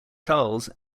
charles